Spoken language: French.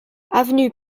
avenue